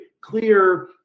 clear